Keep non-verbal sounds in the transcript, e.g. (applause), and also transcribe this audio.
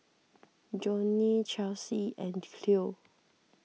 Jonnie Chelsie and (unintelligible)